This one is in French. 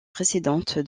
précédente